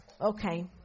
okay